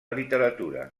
literatura